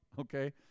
okay